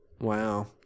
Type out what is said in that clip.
Wow